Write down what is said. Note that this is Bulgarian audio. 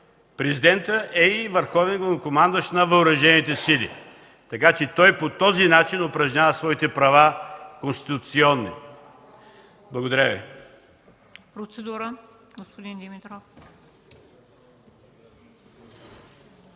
Президентът е и върховен главнокомандващ на Въоръжените сили, така че той по този начин упражнява своите права конституционно. Благодаря Ви.